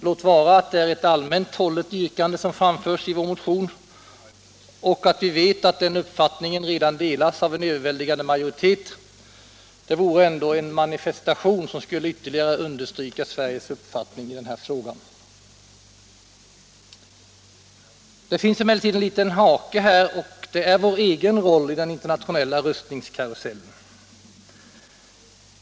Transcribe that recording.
Låt vara att det är ett allmänt hållet yrkande som framförs i vår motion och att vi vet att den här uppfattningen redan delas av en överväldigande majoritet — det vore ändå en manifestation som skulle ytterligare understryka Sveriges inställning i den här frågan. Det finns emellertid en liten hake här, och det är vår egen roll i den internationella rustningskarusellen.